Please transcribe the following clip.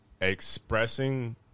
expressing